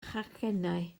chacennau